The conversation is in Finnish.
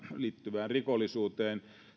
liittyvää rikollisuutta